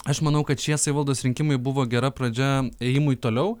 aš manau kad šie savivaldos rinkimai buvo gera pradžia ėjimui toliau